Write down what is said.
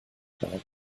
bleiben